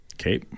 Okay